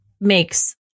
makes